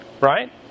Right